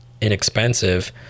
inexpensive